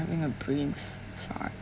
having a brain fart